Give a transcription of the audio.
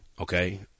okay